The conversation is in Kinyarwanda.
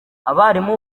abarimu